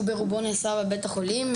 שהוא ברובו נעשה בבית החולים.